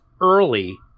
early